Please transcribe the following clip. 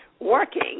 working